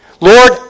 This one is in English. Lord